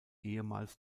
ehemals